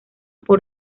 por